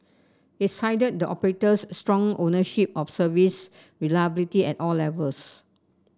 it cited the operator's strong ownership of service reliability at all levels